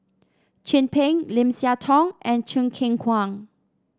Chin Peng Lim Siah Tong and Choo Keng Kwang